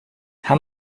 how